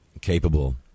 capable